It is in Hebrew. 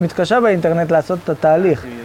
מתקשה באינטרנט לעשות את התהליך